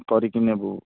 କରିକି ନେବୁ